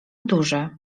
duże